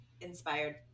inspired